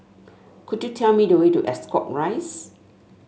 could you tell me the way to Ascot Rise